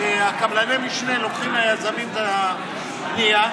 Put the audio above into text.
שקבלני משנה לוקחים ליזמים את הבנייה,